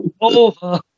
over